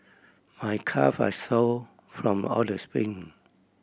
I calve are sore from all the sprint